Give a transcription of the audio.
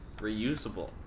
reusable